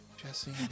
Jesse